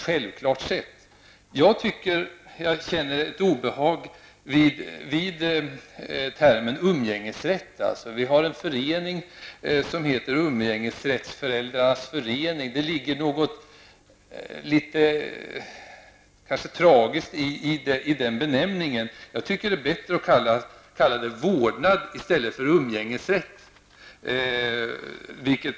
Jag känner ett obehag inför termen umgängesrätt. Det finns en förening som heter Umgängesrättsföräldrarnas förening. Det ligger kanske något litet tragiskt i den benämningen. Jag tycker att det är bättre att kalla det vårdnad i stället för umgängesrätt.